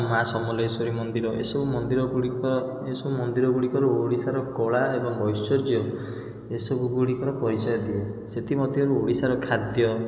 ମା' ସମଲେଶ୍ୱରୀ ମନ୍ଦିର ଏସବୁ ମନ୍ଦିର ଗୁଡ଼ିକ ଏହିସବୁ ମନ୍ଦିର ଗୁଡ଼ିକରୁ ଓଡ଼ିଶାର କଳା ଏବଂ ଐଶ୍ୱର୍ଯ୍ୟ ଏସବୁ ଗୁଡ଼ିକ ପରିଚୟ ଦିଏ ସେଥିମଧ୍ୟରୁ ଓଡ଼ିଶାର ଖାଦ୍ୟ